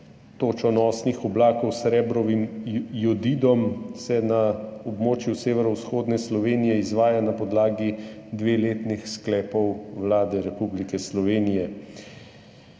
točonosnih oblakov s srebrovim jodidom na območju severovzhodne Slovenije izvaja na podlagi dveletnih sklepov Vlade Republike Slovenije.